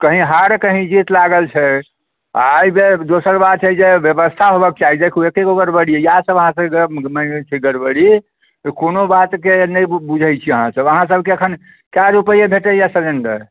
कहीँ हार कहीँ जीत लागल छै आ एहि बेर दोसर बात छै जे व्यवस्था होबऽ के चाही देखू एके गो गड़बड़ी अइ इएह सब अहाँ सबकेँ मने होयत छै छै गड़बड़ी जे कोनो बातके नहि बुझैत छियै अहाँ सब अहाँ सबकेँ अखन कै रुपए भेटैया सिलेण्डर